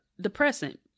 depressant